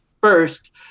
first